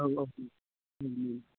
औ